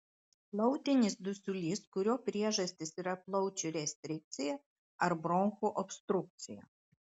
plautinis dusulys kurio priežastys yra plaučių restrikcija ar bronchų obstrukcija